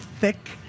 thick